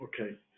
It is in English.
Okay